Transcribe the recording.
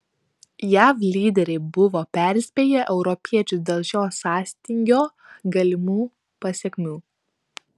jav lyderiai buvo perspėję europiečius dėl šio sąstingio galimų pasekmių